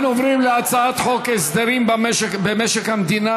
אנחנו עוברים להצעת חוק הסדרים במשק המדינה